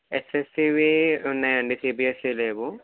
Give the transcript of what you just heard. ఎస్ఎస్సీవి ఉన్నాయండి సీబీఎస్సివి లేవు